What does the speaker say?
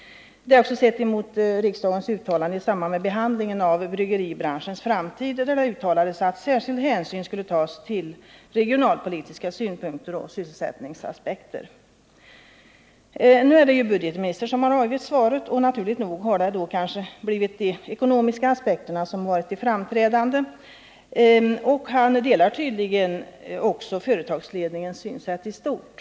Det är också sett mot riksdagens uttalande i samband med behandlingen av bryggeribranschens framtid, där det uttalades att särskild hänsyn skulle tas till regionalpolitiska synpunkter och sysselsättningsaspekter. Nu är det budgetministern som har avgett svaret, och naturligt nog är det då de ekonomiska aspekterna som blivit de framträdande. Budgetministern delar tydligen också företagsledningens synsätt i stort.